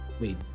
wait